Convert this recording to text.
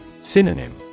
Synonym